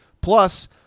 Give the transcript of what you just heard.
Plus